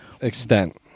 extent